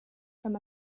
from